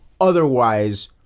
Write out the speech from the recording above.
otherwise